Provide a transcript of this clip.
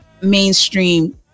mainstream